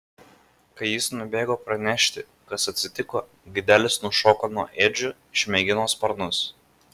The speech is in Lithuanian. kai jis nubėgo pranešti kas atsitiko gaidelis nušoko nuo ėdžių išmėgino sparnus